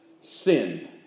sin